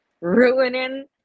ruining